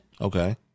Okay